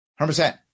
100